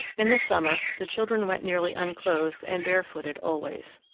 in the summer the children went nearly unclothed and bare-footed always.